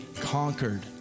conquered